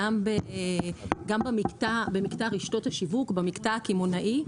גם במקטע רשתות השיווק, במקטע הקמעונאי,